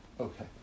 Okay